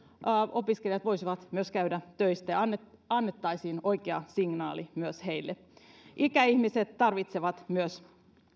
opiskelijat voisivat myös käydä töissä ja annettaisiin heille oikea signaali ikäihmiset tarvitsevat myös